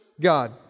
God